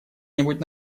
нибудь